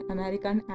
American